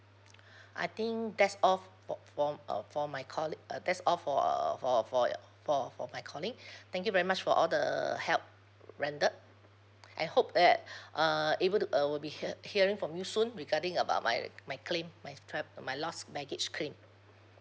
I think that's all for for for uh for my calling uh that's all for err for for for for my calling thank you very much for all the help rendered I hope that uh able to uh will be hear~ hearing from you soon regarding about my my claim my trav~ my lost baggage claim